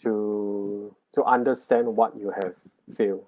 to to understand what you have feel